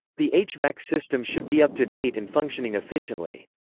the hvac system should be up to date and functioning efficiently.